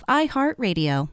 iHeartRadio